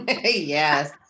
Yes